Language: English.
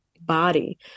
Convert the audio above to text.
body